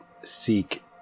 seek